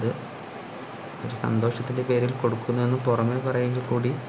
അത് ഒരു സന്തോഷത്തിൻ്റെ പേരിൽ കൊടുക്കുന്നതന്ന് പുറമെ പറയുമെങ്കിൽ കൂടി